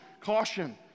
caution